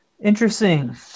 interesting